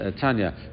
Tanya